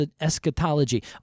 eschatology